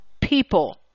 people